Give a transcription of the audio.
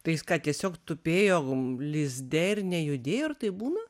tai jis ką tiesiog tupėjo hum lizde ir nejudėjo ir taip būna